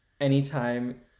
anytime